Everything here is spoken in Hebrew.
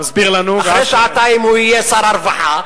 עוד שעתיים הוא יהיה שר הרווחה.